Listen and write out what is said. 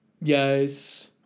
Yes